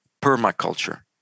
permaculture